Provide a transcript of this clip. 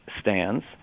stands